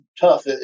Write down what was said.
tough